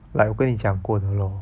like 我跟你讲过的 lor